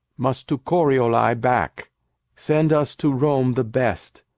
must to corioli back send us to rome the best,